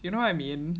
you know what I mean